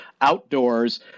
outdoors